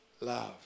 love